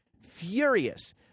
Furious